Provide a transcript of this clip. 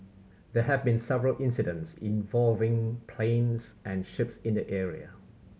there have been several incidents involving planes and ships in the area